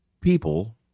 people